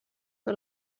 que